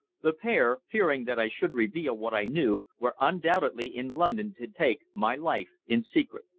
the pair, fearing that i should reveal what i knew, were undoubtedly in london to take my life in secret.